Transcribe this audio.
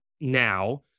now